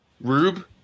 Rube